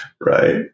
Right